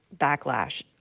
backlash